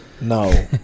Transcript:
No